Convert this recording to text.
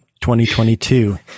2022